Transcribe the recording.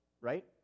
right